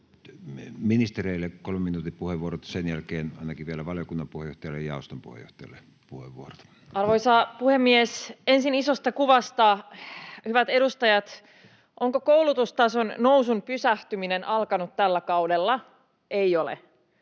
koulutustason nousun pysähtyminen alkanut tällä kaudella? Ei ole.